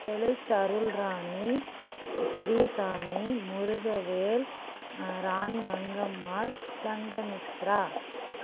ஹெலெக்ஸ் அருள்ராணி பெரியசாமி முருகவேல் ராணி மங்கம்மாள் சங்க மித்ரா